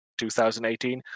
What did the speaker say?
2018